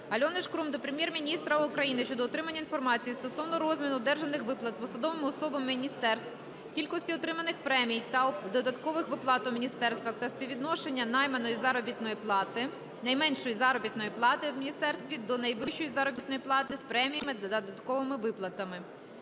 Альони Шкрум до Прем'єр-міністра України щодо отримання інформації стосовно розміру одержаних виплат посадовими особами міністерств, кількості отриманих премій та додаткових виплат у міністерствах та співвідношення найменшої заробітної плати в міністерстві до найвищої заробітної плати з преміями та додатковими виплатами.